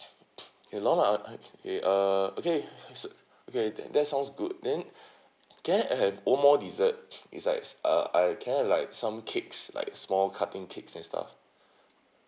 okay uh okay so okay that that sounds good then can I have one more dessert is like uh uh can I have like some cakes like small cutting cakes and stuff